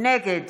נגד